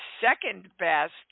second-best